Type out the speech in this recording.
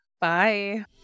bye